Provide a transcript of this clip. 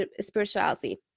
spirituality